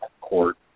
court